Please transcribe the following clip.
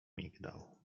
migdał